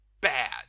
bad